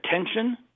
attention